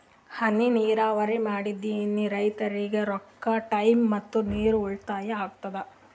ಹನಿ ನೀರಾವರಿ ಮಾಡಾದ್ರಿಂದ್ ರೈತರಿಗ್ ರೊಕ್ಕಾ ಟೈಮ್ ಮತ್ತ ನೀರ್ ಉಳ್ತಾಯಾ ಆಗ್ತದಾ